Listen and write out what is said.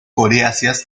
coriáceas